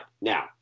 now